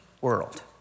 world